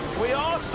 we are